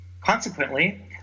Consequently